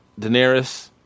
Daenerys